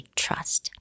trust 。